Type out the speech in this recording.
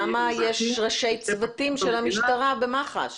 למה יש ראשי צוותים של המשטרה במח"ש?